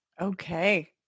Okay